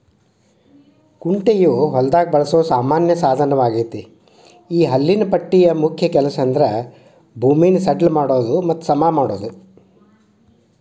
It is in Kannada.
ಕುಂಟೆಯು ಹೊಲದಾಗ ಬಳಸೋ ಸಾಮಾನ್ಯ ಸಾದನವಗೇತಿ ಈ ಹಲ್ಲಿನ ಪಟ್ಟಿಯ ಮುಖ್ಯ ಕೆಲಸಂದ್ರ ಭೂಮಿನ ಸಡ್ಲ ಮಾಡೋದು ಮತ್ತ ಸಮಮಾಡೋದು